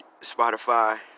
Spotify